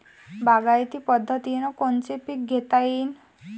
बागायती पद्धतीनं कोनचे पीक घेता येईन?